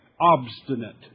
Obstinate